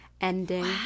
ending